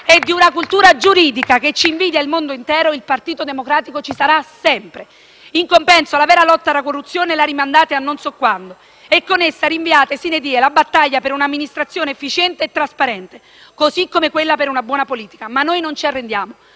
e di una cultura giuridica, che il mondo intero ci invidia, il Partito Democratico ci sarà sempre. In compenso, la vera lotta alla corruzione la rimandate a non so quando e con essa rinviate *sine die* la battaglia per un'amministrazione efficiente e trasparente, così come quella per una buona politica. Ma noi non ci arrendiamo: